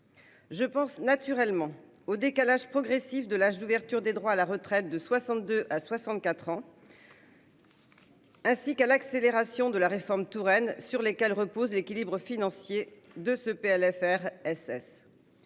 Je pense naturellement au décalage progressif de l'âge d'ouverture des droits à la retraite de 62 ans à 64 ans, ainsi qu'à l'accélération de la réforme Touraine, sur lesquels repose l'équilibre financier de ce PLFRSS.